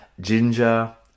ginger